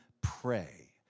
pray